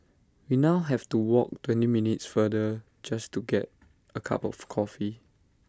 we now have to walk twenty minutes farther just to get A cup of coffee